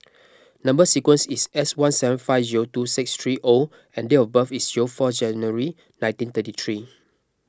Number Sequence is S one seven five zero two six three O and date of birth is zero four January nineteen thirty three